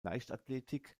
leichtathletik